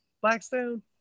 blackstone